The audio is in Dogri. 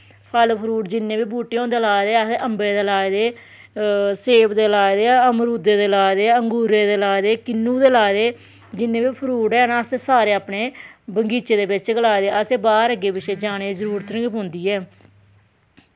फल फ्रूट जिन्ने बी बूह्टे होंदे लाए दे असैं अम्बे दे लाए दे सेब दे लाए दे अमरूदे दे लाए दे अंगूरे दा लाए दे किन्नू दे लाए दे जिन्ने बी फ्रूट हैन असैं सारे अपने बगीचे दे बिच्च गै लाए दे असैं बाह्र अग्गें पिच्छें जाने दी जरूरत निं पौंदी ऐ